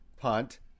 punt